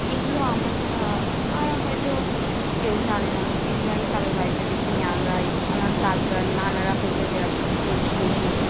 এগুলো আমরা ছাড়া আর হয়তো কেউ জানে না এগুলো আমি কারোর বাড়িতে দেখে নিই আমর আমার দাদুরা নানারা করতে যেরকম কলসি ডুবিয়ে